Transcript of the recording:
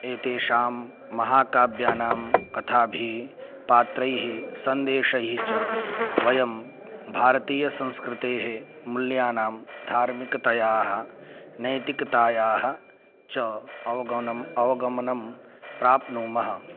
एतेषां महाकाव्यानां कथाभिः पात्रैः सन्देशैः च वयं भारतीयसंस्कृतेः मूल्यानां धार्मिकतायाः नैतिकतायाः च अवगमनम् अवगमनं प्राप्नुमः